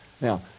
Now